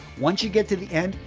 once you get to the end,